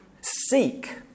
Seek